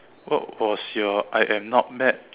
what was your I am not mad